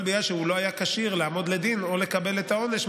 אבל בגלל שהוא לא היה כשיר לעמוד לדין או לקבל את העונש,